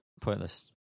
Pointless